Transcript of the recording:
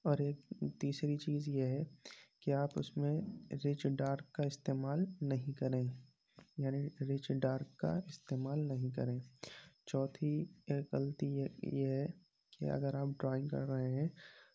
اور ایک تیسری چیز یہ ہے کہ آپ اُس میں رچ ڈارک کا استعمال نہیں کریں یعنی رچ ڈارک کا استعمال نہیں کریں چوتھی ایک غلطی یہ یہ ہے کہ اگر آپ ڈرائنگ کر رہے ہیں